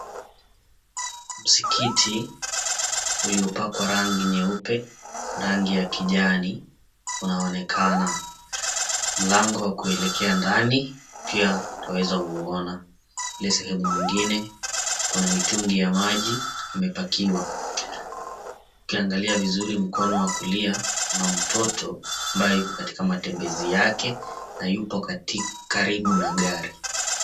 Msikiti uliopakwa rangi nyeupe, rangi ya kijani, unaonekana. Mlango wa kuelekea ndani pia twaeza uona. Ile sehemu nyingine kuna mitungi ya maji imepakiwa, ukiangalia vizuri mkono wa kulia kuna mtoto ambaye yuko katika matembezi yake na yupo karibu na gari.